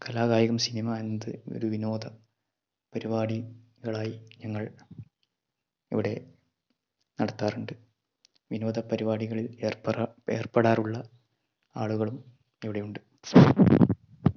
കലാ കായികം സിനിമ എന്ത് ഒരു വിനോദം പരിപാടികളായി ഞങ്ങൾ ഇവിടെ നടത്താറുണ്ട് വിനോദ പരിപാടികളിൽ ഏർപ്പെടും ഏർപ്പെടാറുള്ള ആളുകളും ഇവിടെയുണ്ട്